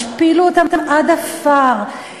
השפילו אותם עד עפר,